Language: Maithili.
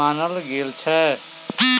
मानल गेल छै